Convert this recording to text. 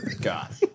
God